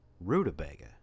Rutabaga